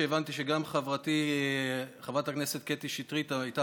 והבנתי שגם חברתי חברת הכנסת קטי שטרית הייתה